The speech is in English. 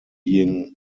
being